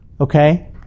okay